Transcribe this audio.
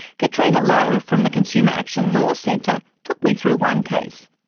catriona lowe from the consumer action law centre took me through one case.